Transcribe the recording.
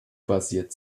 basiert